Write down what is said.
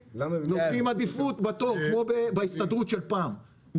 נותנים עדיפות בתור כמו בהסתדרות של פעם,